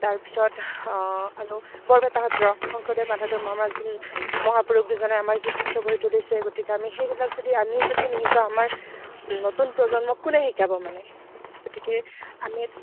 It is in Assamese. তাৰপিছত আৰু বৰপেটা সত্ৰ শংকৰদেৱ মাধদেৱ আমাৰ যোন মহাপুৰুষ দুজনে আমাৰ যি সত্ৰ গঢ়ি তুলিছে গতিকে আমি সেইবিলাক যদি আমি যদি নিশিকাও আমাৰ নতুন প্ৰজন্মক কোনে শিকাব মানে গতিকে আমি